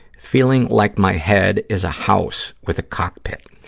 feeling like my head is a house with a cockpit.